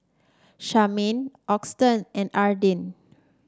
Charmaine Auston and Arden